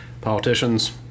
Politicians